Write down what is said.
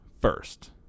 first